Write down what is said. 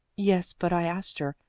yes, but i asked her.